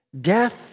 death